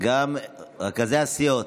רכזי הסיעות.